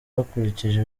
bakurikije